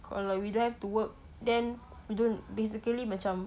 kalau we don't have to work then don't basically macam